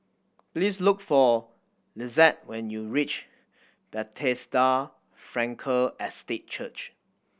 please look for Lissette when you reach Bethesda Frankel Estate Church